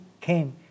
came